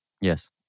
Yes